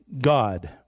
god